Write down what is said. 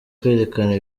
kwerekana